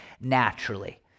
naturally